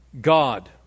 God